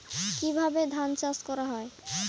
কিভাবে ধান চাষ করা হয়?